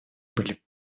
были